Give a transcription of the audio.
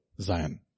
Zion